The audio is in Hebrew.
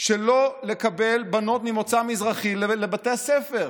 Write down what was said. של לא לקבל בנות ממוצא מזרחי לבתי הספר.